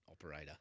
operator